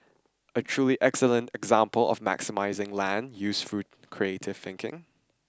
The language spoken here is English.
a truly excellent example of maximising land use through creative thinking